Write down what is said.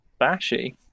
bashy